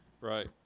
Right